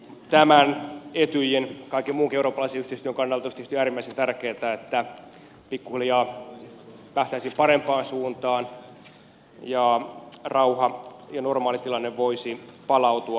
etyjin ja kaiken muunkin eurooppalaisen yhteistyön kannalta olisi tietysti äärimmäisen tärkeätä että pikkuhiljaa päästäisiin parempaan suuntaan ja rauha ja normaalitilanne voisi palautua